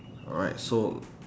alright so